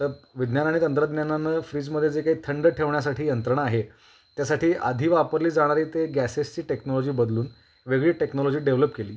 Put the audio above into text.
त्यात विज्ञान आणि तंत्रज्ञानानं फ्रीजमध्ये जे काही थंड ठेवण्यासाठी यंत्रणा आहे त्यासाठी आधी वापरली जाणारी ते गॅसेसची टेक्नॉलॉजी बदलून वेगळी टेक्नॉलॉजी डेव्हलप केली